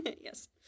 Yes